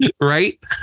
right